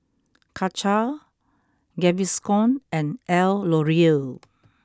Karcher Gaviscon and L'Oreal